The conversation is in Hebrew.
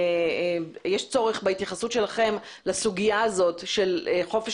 יש צורך בהתייחסות שלכם לסוגיה הזאת של חופש